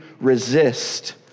resist